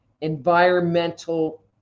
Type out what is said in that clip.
environmental